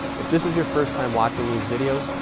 if this is your first time watching these videos,